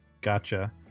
Gotcha